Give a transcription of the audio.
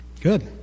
Good